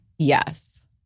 Yes